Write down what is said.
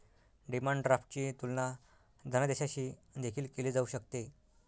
demand ड्राफ्टची तुलना धनादेशाशी देखील केली जाऊ शकते